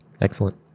Excellent